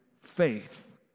faith